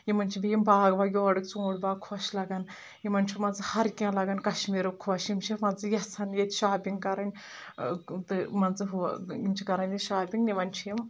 یِم چھِ بیٚیہِ یِم باغ واغ یورٕکۍ ژوٗنٛٹھۍ باغ خۄش لَگان یِمَن چھُ مان ژٕ ہر کینٛہہ لَگان کشمیٖرُک خۄش یِم چھِ مان ژٕ یژھَان ییٚتہِ شاپِنٛگ کرٕنۍ تہٕ مان ژٕ ہُہ یِم چھِ کران ییٚتہِ شاپِنٛگ نِوَان چھِ یِم